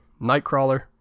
Nightcrawler